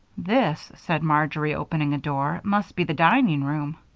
this, said marjory, opening a door, must be the dining-room.